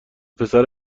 پسر